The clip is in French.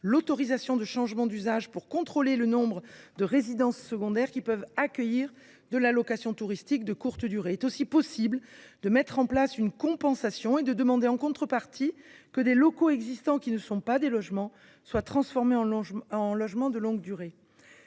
l’autorisation de changement d’usage pour contrôler le nombre de résidences secondaires qui peuvent accueillir de la location touristique de courte durée. Il est aussi possible de mettre en place une compensation et de demander, en contrepartie, que des locaux existants qui ne sont pas des logements soient transformés en logements de longue durée.